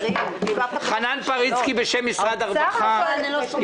חנן פריצקי בשם משרד הרווחה